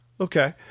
Okay